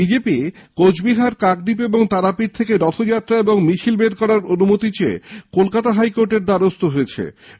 BJP Coochbehar Kakdwip এবং তারাপীঠ থেকে রথযাত্রা ও মিছিল বের করার অনুমতি চেয়ে কলকাতা হাইকোর্টের দ্বারস্থ হয়েছে